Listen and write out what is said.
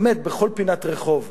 אגב, באמת בכל פינת רחוב.